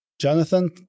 Jonathan